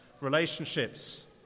relationships